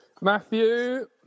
Matthew